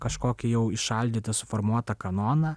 kažkokį jau įšaldytą suformuotą kanoną